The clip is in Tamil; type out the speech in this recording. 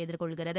எதிர்கொள்கிறது